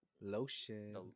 lotion